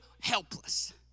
helpless